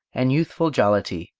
and youthful jollity,